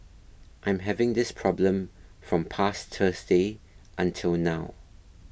I'm having this problem from past Thursday until now